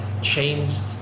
changed